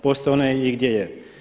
Postoje one i gdje je.